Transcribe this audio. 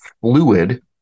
fluid